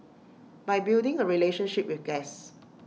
by building A relationship with guests